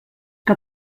que